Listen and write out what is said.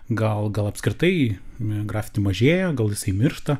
gal gal apskritai grafiti mažėja gal jisai miršta